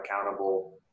accountable